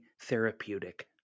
therapeutic